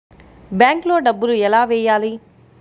బ్యాంక్లో డబ్బులు ఎలా వెయ్యాలి?